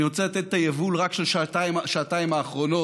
אני רוצה לתת את היבול רק של השעתיים האחרונות: